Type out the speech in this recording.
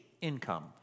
income